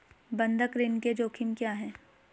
बंधक ऋण के जोखिम क्या हैं?